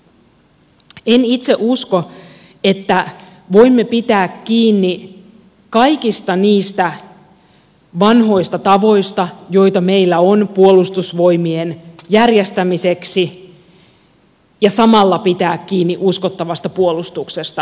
en itse usko että voimme pitää kiinni kaikista niistä vanhoista tavoista joita meillä on puolustusvoimien järjestämiseksi ja samalla pitää kiinni uskottavasta puolustuksesta